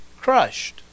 crushed